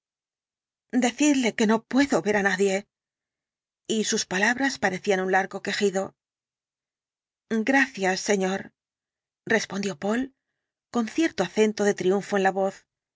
decidle que no puedo ver á nadie y sus palabras parecían un largo quejido gracias señor respondió poole con cierto acento de triunfo en la voz